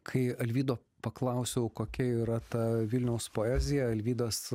kai alvydo paklausiau kokia yra ta vilniaus poezija alvydas